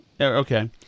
Okay